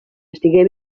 estigué